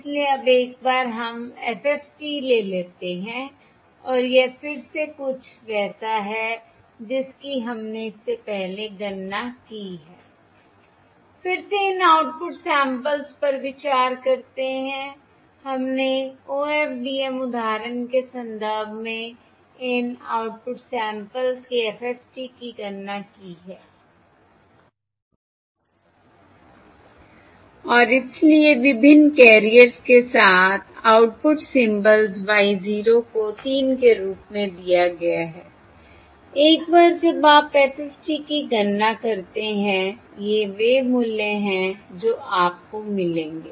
इसलिए अब एक बार हम FFT ले लेते हैं और यह फिर से कुछ वैसा है जिसकी हमने इससे पहले गणना की है फिर से इन आउटपुट सैंपल्स पर विचार करते है हमने OFDM उदाहरण के संदर्भ में इन आउटपुट सैंपल्स के FFT की गणना की है और इसलिए विभिन्न कैरियर्स के साथ आउटपुट सिंबल्स Y 0 को 3 के रूप में दिया गया है एक बार जब आप FFT की गणना करते हैं ये वे मूल्य हैं जो आपको मिलेंगे